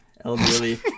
elderly